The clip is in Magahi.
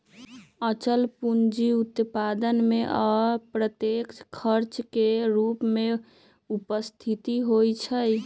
अचल पूंजी उत्पादन में अप्रत्यक्ष खर्च के रूप में उपस्थित होइत हइ